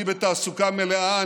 אני בתעסוקה מלאה.